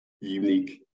unique